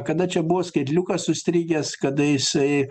kada čia buvo skaitliukas užstrigęs kada jisai